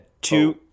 two